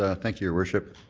ah thank you, your worship.